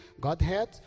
Godhead